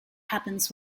happens